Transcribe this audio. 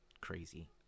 crazy